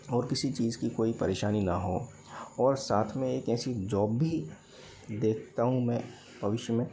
और किसी चीज़ की कोई परेशानी ना हो और साथ में एक ऐसी जॉब भी देखता हूँ मैं भविष्य में